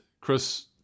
chris